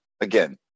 again